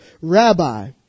Rabbi